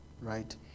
right